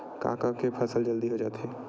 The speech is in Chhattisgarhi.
का का के फसल जल्दी हो जाथे?